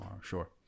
Sure